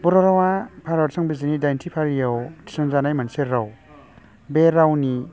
बर' रावा भारत संबिजिदनि दाइनथि फारियाव थिसनजानाय मोनसे राव बे रावनि